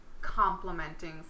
complimenting